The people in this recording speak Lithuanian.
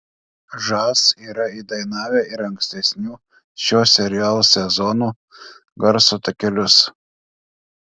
žas yra įdainavę ir ankstesnių šio serialo sezonų garso takelius